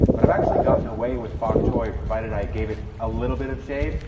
but i've actually gotten away with bok choy provided i gave it a little bit of shade.